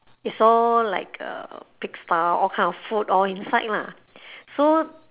it's all like uh pig style all kind of food all inside lah so